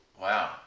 Wow